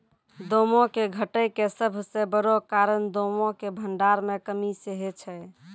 दामो के घटै के सभ से बड़ो कारण दामो के भंडार मे कमी सेहे छै